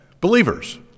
Believers